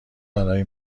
برای